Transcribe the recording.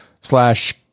Slash